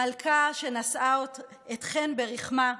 מלכה שנשאה אתכן ברחמה,